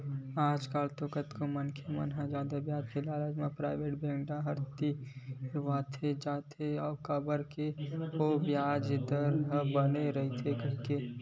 आजकल तो कतको मनखे मन ह जादा बियाज के लालच म पराइवेट बेंक डाहर तिरावत जात हे काबर के ओमा बियाज दर ह बने रहिथे कहिके